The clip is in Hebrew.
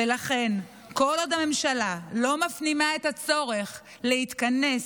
ולכן, כל עוד הממשלה לא מפנימה את הצורך להתכנס